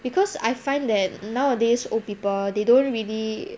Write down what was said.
because I find that nowadays old people they don't really